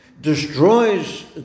destroys